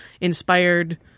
inspired